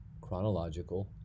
chronological